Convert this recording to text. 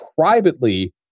privately